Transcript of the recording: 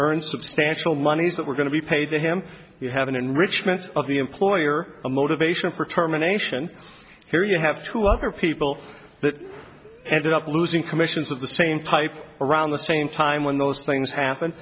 earn substantial monies that were going to be paid to him you have an enrichment of the employer a motivation for terminations here you have two other people that ended up losing commissions of the same type around the same time when those things happen